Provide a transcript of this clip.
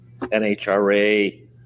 NHRA